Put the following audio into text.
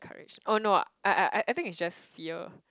oh no I I I I think it's just fear